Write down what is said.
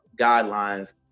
guidelines